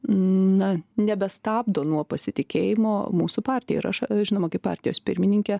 na nebestabdo nuo pasitikėjimo mūsų partija ir aš žinoma kaip partijos pirmininkė